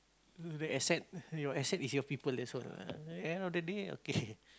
the asset your asset is your people that's all ah at end of the day okay